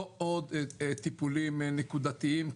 לא עוד טיפולים נקודתיים,